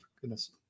Goodness